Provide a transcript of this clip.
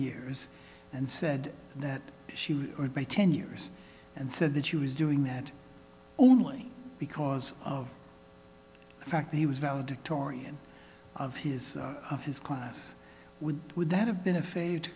years and said that she would be ten years and said that you was doing that only because of the fact that he was valedictorian of his of his class would would that have been a failure to